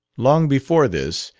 long before this,